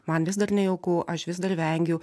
man vis dar nejauku aš vis dar vengiu